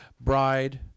bride